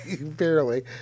Barely